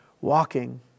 walking